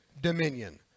dominion